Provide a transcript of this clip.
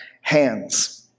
hands